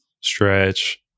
stretch